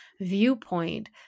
viewpoint